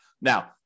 Now